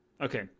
Okay